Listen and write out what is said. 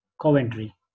Coventry